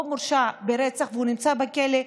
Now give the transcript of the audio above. או הוא מורשע ברצח ונמצא בכלא,